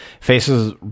Faces